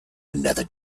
another